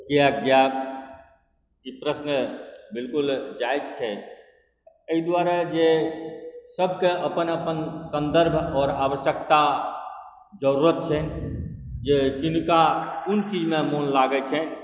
कियाक जाएब ई प्रश्न बिल्कुल जायज छै एहि दुआरे जे सभकेँ अपन अपन सन्दर्भ आओर आवश्यकता जरूरत छनि जे किनका कोन चीजमे मोन लागैत छनि